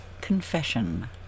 Confession